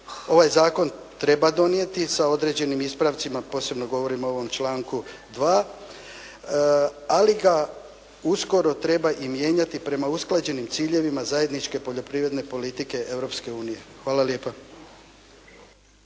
ovaj zakon treba donijeti sa određenim ispravcima. Posebno govorim o ovom članku 2. ali ga uskoro treba i mijenjati prema usklađenim ciljevima zajedničke poljoprivredne politike Europske unije. Hvala lijepa.